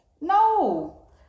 No